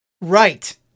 Right